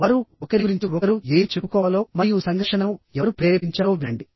వారు ఒకరి గురించి ఒకరు ఏమి చెప్పుకోవాలో మరియు సంఘర్షణను ఎవరు ప్రేరేపించారో వినండి